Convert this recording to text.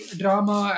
drama